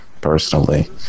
personally